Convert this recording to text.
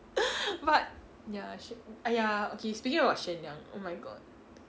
but ya shen !aiya! okay speaking about shen yang oh my god